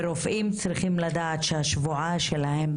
ורופאים צריכים לדעת שהשבועה שלהם